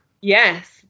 yes